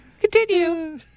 Continue